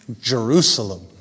Jerusalem